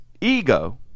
Ego